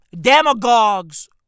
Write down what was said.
Demagogues